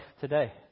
today